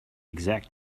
exact